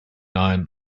iron